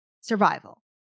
survival